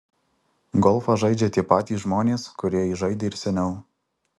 golfą žaidžia tie patys žmonės kurie jį žaidė ir seniau